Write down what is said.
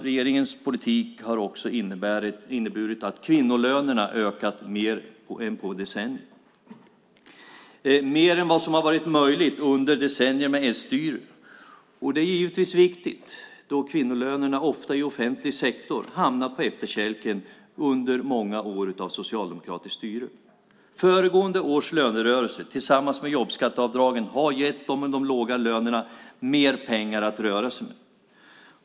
Regeringens politik har också inneburit att kvinnolönerna har ökat mer än på decennier, mer än vad som har varit möjligt under decennier med s-styre. Det är givetvis viktigt då kvinnolönerna, ofta i offentlig sektor, hamnat på efterkälken under många år av socialdemokratiskt styre. Föregående års lönerörelse tillsammans med jobbskatteavdragen har gett dem med de låga lönerna mer pengar att röra sig med.